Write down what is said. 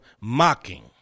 mocking